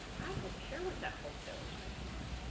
i don't care what that wholesaler's making on it.